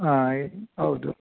ಹಾಂ ಎ ಹೌದು